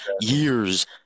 years